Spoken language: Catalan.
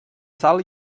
sal